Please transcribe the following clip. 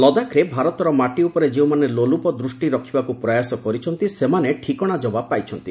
ଲଦାଖ୍ରେ ଭାରତର ମାଟି ଉପରେ ଯେଉଁମାନେ ଲୋଲୁପ ଦୂଷ୍ଟି ରଖିବାକୁ ପ୍ରୟାସ କରିଛନ୍ତି ସେମାନେ ଠିକଶା ଜବାବ୍ ପାଇଛନ୍ତି